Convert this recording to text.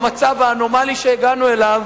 במצב האנומלי שהגענו אליו,